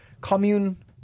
commune